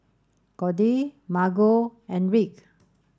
Codey Margo and Rick